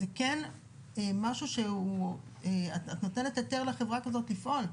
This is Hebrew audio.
זה כן משהו שהוא, את נותנת היתר לחברה כזאת לפעול.